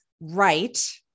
right